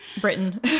Britain